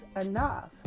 enough